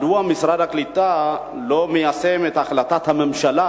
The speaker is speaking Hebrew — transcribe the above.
מדוע משרד הקליטה לא מיישם את החלטת הממשלה